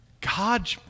God